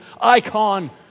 icon